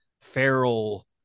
feral